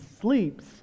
sleeps